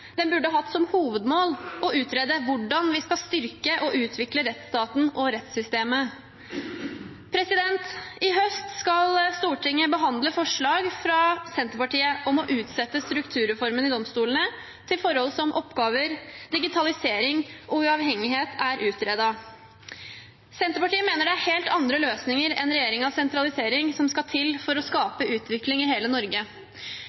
Den burde hatt som hovedmål å utrede hvordan vi skal styrke og utvikle rettsstaten og rettssystemet.» I høst skal Stortinget behandle forslag fra Senterpartiet om å utsette strukturreformen i domstolene til forhold som oppgaver, digitalisering og uavhengighet er utredet. Senterpartiet mener helt andre løsninger enn regjeringens sentralisering skal til for å skape utvikling i hele Norge.